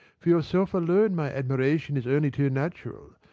for yourself alone my admiration is only too natural.